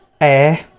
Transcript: Air